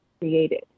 created